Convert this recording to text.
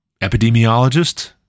epidemiologist